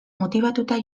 motibatuta